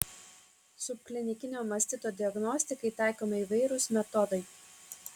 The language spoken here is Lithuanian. subklinikinio mastito diagnostikai taikomi įvairūs metodai